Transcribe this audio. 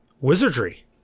Wizardry